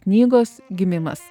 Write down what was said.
knygos gimimas